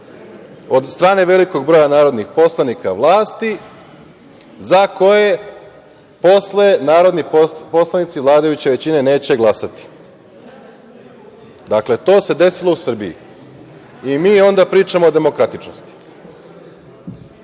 od strane velikog broja narodnih poslanika vlasti, za koje posle narodni poslanici vladajuće većine neće glasati. Dakle, to se desilo u Srbiji i mi onda pričamo o demokratičnosti. Položaj,